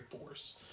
force